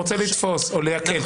אתה רוצה לתפוס או לעכב.